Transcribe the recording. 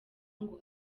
ngo